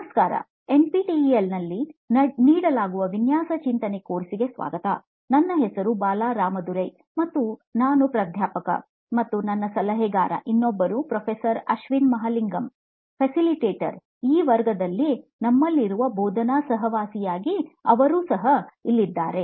ನಮಸ್ಕಾರNPTEL ನಲ್ಲಿ ನೀಡಲಾಗುವ ವಿನ್ಯಾಸ ಚಿಂತನೆ ಕೋರ್ಸ್ಗೆ ಸ್ವಾಗತ ನನ್ನ ಹೆಸರು ಬಾಲಾ ರಾಮದುರೈ ಮತ್ತು ನಾನು ಪ್ರಾಧ್ಯಾಪಕ ಮತ್ತು ಸಲಹೆಗಾರ ಇನೊಬ್ಬರು ಪ್ರೊಫೆಸರ್ ಅಶ್ವಿನ್ ಮಹಲಿಂಗಂ ಫೆಸಿಲಿಟೇಟರ್ ಈ ವರ್ಗದಲ್ಲಿ ನಮ್ಮಲ್ಲಿರುವ ಬೋಧನಾ ಸಹವಾಸಿ ಯಾಗಿ ಅವರು ಸಹ ಇರಲಿದ್ದಾರೆ